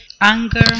Anger